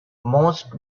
most